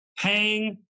paying